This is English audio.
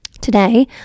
today